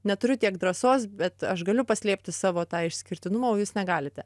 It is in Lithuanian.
neturiu tiek drąsos bet aš galiu paslėpti savo tą išskirtinumą o jūs negalite